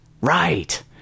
right